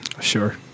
Sure